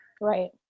Right